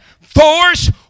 force